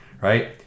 right